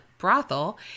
Brothel